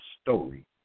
story